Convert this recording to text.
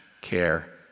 care